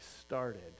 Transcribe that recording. started